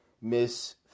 Miss